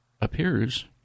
appears